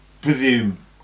Presume